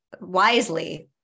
wisely